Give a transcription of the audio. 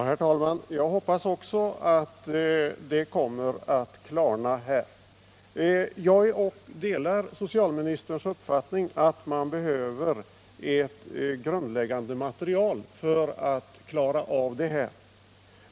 Herr talman! Jag hoppas också att det kommer att klarna. Jag delar socialministerns uppfattning att man behöver ett grundläggande material för att klara upp frågan.